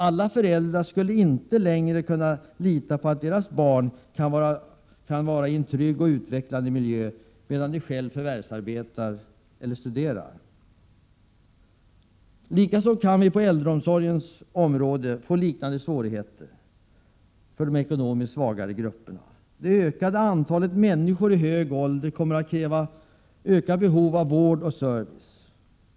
Alla föräldrar skulle inte längre kunna lita på att deras barn kan vara i en trygg och utvecklande miljö medan de själva förvärvsarbetar eller studerar.” Likaså kan vi på äldreomsorgens område få liknande svårigheter för ekonomiskt svagare grupper. Det ökande antalet människor i hög ålder kommer att kräva ökat behov av vård och service.